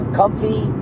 comfy